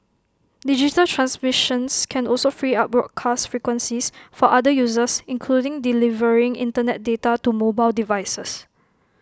digital transmissions can also free up broadcast frequencies for other uses including delivering Internet data to mobile devices